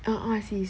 uh uh sis